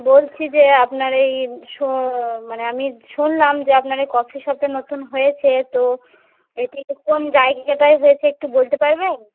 বলছি যে আপনার এই শু মানে আমি শুনলাম যে আপনার এই কফি শপটা নতুন হয়েছে তো এটি কোন জায়গাটায় হয়েছে একটু বলতে পারবেন